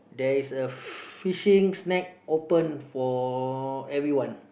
there is a fishing snack open for everyone